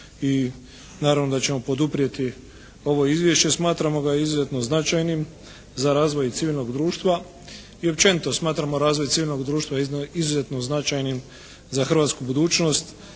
i naravno da ćemo poduprijeti ovo izvješće. Smatramo ga izuzetno značajnim za razvoj civilnog društva i općenito smatramo razvoj civilnog društva izuzetno značajnim za hrvatsku budućnost